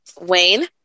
Wayne